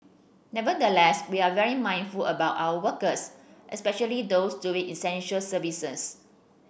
nevertheless we are very mindful about our workers especially those doing essential services